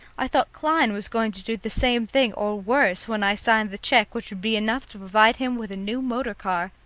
i thought klein was going to do the same thing or worse when i signed the cheque which would be enough to provide him with a new motor-car,